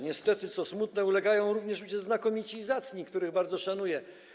Niestety, co smutne, ulegają również ludzie znakomici i zacni, których bardzo szanuję.